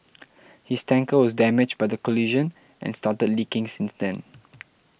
his tanker was damaged by the collision and started leaking since then